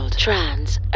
Trans